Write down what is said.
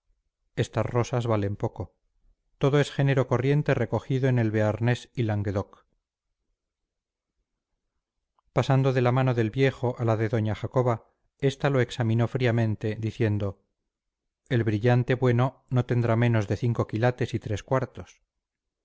estas rosas valen poco todo es género corriente recogido en el bearnés y languedoc pasando de la mano del viejo a la de doña jacoba esta lo examinó fríamente diciendo el brillante bueno no tendrá menos de cinco quilates y tres cuartos